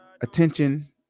attention